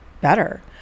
better